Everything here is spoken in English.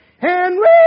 Henry